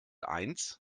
eins